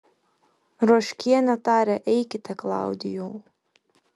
ruoškienė tarė eikite klaudijau